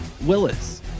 Willis